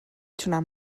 تونم